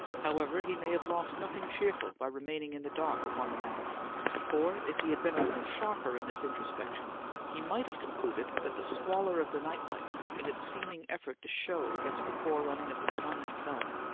however, he may have lost nothing cheerful by remaining in the dark upon the matter for if he had been a little sharper in this introspection he might have concluded that the squalor of the night-light, in its seeming effort to show against the forerunning of the sun itself,